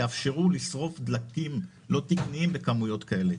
יאפשרו לשרוף דלקים לא תקניים בכמויות כאלה.